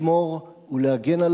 לשמור ולהגן,